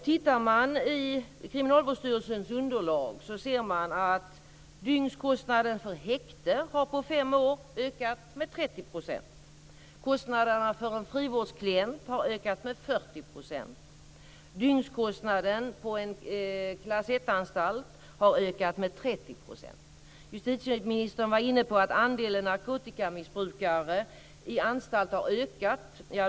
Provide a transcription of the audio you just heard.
Tittar man i Kriminalvårdsstyrelsens underlag ser man att dygnskostnaden för häkte har ökat med 30 % på fem år. Kostnaderna för en frivårdsklient har ökat med 40 %. Dygnskostnaden på en klass ett-anstalt har ökat med 30 %. Justitieministern var inne på att andelen narkotikamissbrukare på anstalt har ökat.